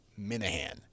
Minahan